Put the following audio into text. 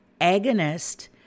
agonist